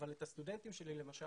אבל את הסטודנטים שלי למשל,